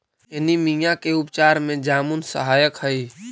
anaemia के उपचार में जामुन सहायक हई